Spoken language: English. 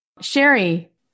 Sherry